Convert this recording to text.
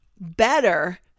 better